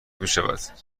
میشود